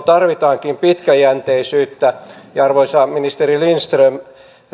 tarvitaankin pitkäjänteisyyttä arvoisa ministeri lindström